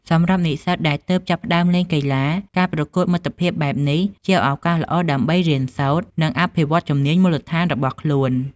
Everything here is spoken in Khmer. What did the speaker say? សម្រាប់និស្សិតដែលទើបចាប់ផ្ដើមលេងកីឡា ការប្រកួតមិត្តភាពបែបនេះជាឱកាសល្អដើម្បីរៀនសូត្រ និងអភិវឌ្ឍជំនាញមូលដ្ឋានរបស់ខ្លួន។